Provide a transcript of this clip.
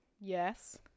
Yes